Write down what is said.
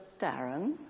Darren